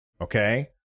okay